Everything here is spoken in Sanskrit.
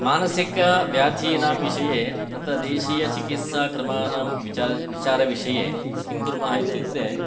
मानसिकव्याधीनां विषये तत्र देशीयचिकित्साक्रमाणां विचा विचारविषये किङ्कुर्मः इत्युक्ते